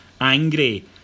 angry